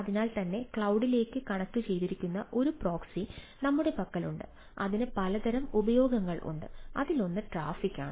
അതിനാൽത്തന്നെ ക്ലൌഡിലേക്ക് കണക്റ്റുചെയ്തിരിക്കുന്ന ഒരു പ്രോക്സി നമ്മുടെ പക്കലുണ്ട് അതിന് പലതരം ഉപയോഗങ്ങൾ ഉണ്ട് അതിലൊന്ന് ട്രാഫിക്കാണ്